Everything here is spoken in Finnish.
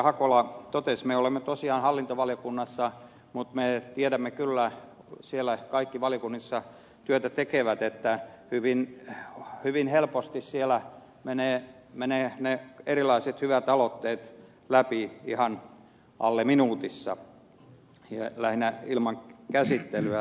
hakola totesi me olemme tosiaan hallintovaliokunnassa mutta me tiedämme kyllä kaikki valiokunnissa työtä tekevät että hyvin helposti siellä menevät erilaiset hyvät aloitteet läpi ihan alle minuutissa lähinnä ilman käsittelyä